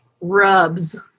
rubs